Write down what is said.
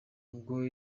ubwo